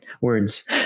words